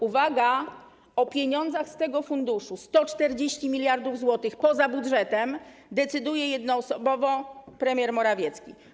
Uwaga, o pieniądzach z tego funduszu, 140 mld zł poza budżetem decyduje jednoosobowo premier Morawiecki.